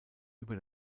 über